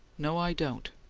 no, i don't.